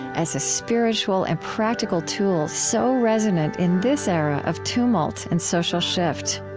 as a spiritual and practical tool so resonant in this era of tumult and social shift.